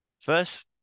first